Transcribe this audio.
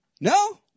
no